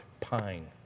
Pine